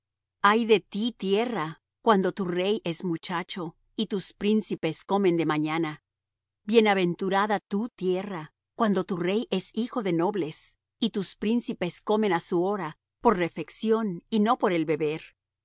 ay de ti tierra cuando tu rey es muchacho y tus príncipes comen de mañana bienaventurada tú tierra cuando tu rey es hijo de nobles y tus príncipes comen á su hora por refección y no por el beber